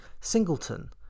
singleton